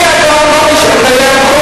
אני שמח שאתה מקיים